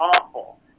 awful